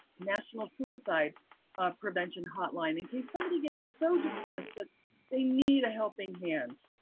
national suicide prevention hotline, in case somebody gets so depressed that they need a helping hand.